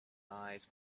eyes